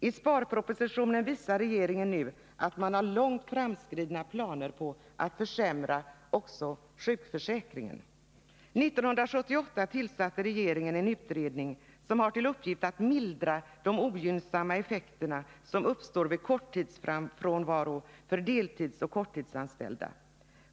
I sparpropositionen visar regeringen nu att man har långt framskridna planer på att försämra också sjukförsäkringen. 1978 tillsatte regeringen en utredning, som har till uppgift att mildra de ogynnsamma effekter som uppstår vid sjukfrånvaro för deltidsoch korttidsanställda.